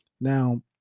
Now